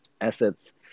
assets